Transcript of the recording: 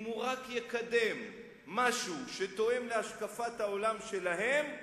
אם הוא רק יקדם משהו שתואם להשקפת העולם שלהם,